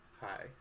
hi